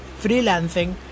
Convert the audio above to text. freelancing